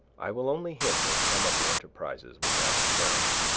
i will only hint at some of the enterprises which i have cherished.